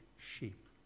sheep